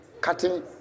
cutting